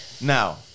Now